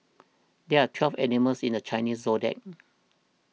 there are twelve animals in the Chinese zodiac